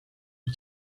who